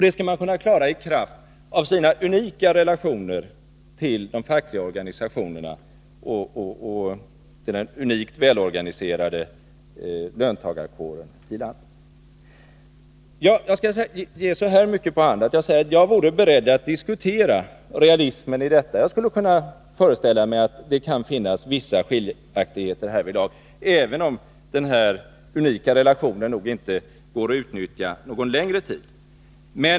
Det skall man kunna klara i kraft av sina unika relationer till de fackliga organisationerna och till den unikt välorganiserade löntagarkåren i landet. Så mycket skulle jag kunna ge på hand, att jag säger att jag skulle vara beredd att diskutera realismen i detta, om det rådde en grundläggande balans i ekonomin och även om den här unika relationen nog inte går att utnyttja någon längre tid.